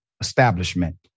establishment